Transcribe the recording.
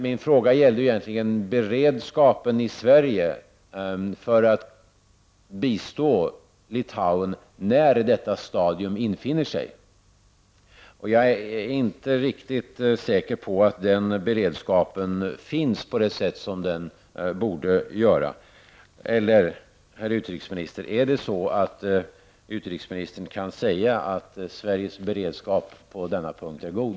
Min fråga gällde egentligen beredskapen i Sverige för att bistå Litauen när detta stadium infinner sig. Jag är inte säker på att den beredskapen finns på det sätt som den borde göra. Herr utrikesminister! Kan utrikesministern säga att Sveriges beredskap på den punkten är god?